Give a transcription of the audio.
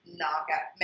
knockout